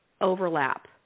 overlap